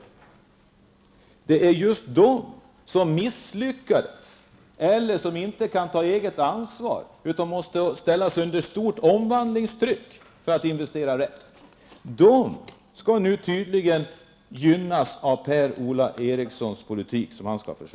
Det är just de som misslyckas eller som inte kan ta eget ansvar utan måste ställas under stort omvandlingstryck för att investera riktigt som tydligen skall gynnas av Per-Ola Erikssons politik.